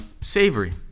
savory